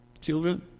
Children